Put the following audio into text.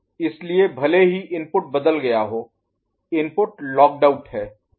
इसलिए भले ही इनपुट बदल गया हो इनपुट लॉक्ड आउट है